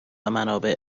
منابع